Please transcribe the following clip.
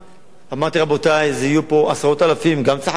אמרתי: רבותי, יהיו פה עשרות אלפים, גם צחקו עלי.